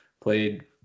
played